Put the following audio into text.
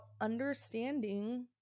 understanding